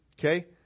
Okay